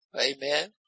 amen